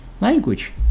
language